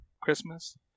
Christmas